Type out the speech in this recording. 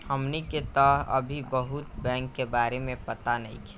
हमनी के तऽ अभी बहुत बैंक के बारे में पाता नइखे